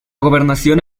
gobernación